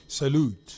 salute